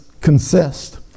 consist